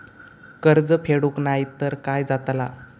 कर्ज फेडूक नाय तर काय जाताला?